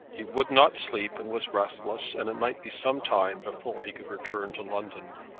he would not sleep, and was restless, and it might be some time before he could return to london.